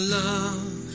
love